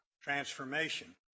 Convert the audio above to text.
transformation